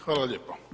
Hvala lijepo.